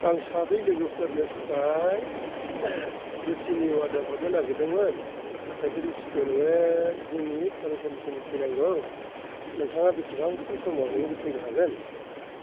आं साब्रै लोगोफोरनो थाखाय रुथिनि अर्डार हरनो नागिरदोंमोन नाथाय बे रुथिखौ नोङो जोंनि फरायसालिसिम होफैनांगौ नोंथाङा बिसिबांसिम समाव नोङो होफैनो हागोन